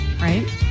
right